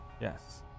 Yes